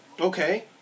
Okay